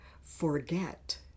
forget